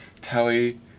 Telly